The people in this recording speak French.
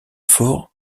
fort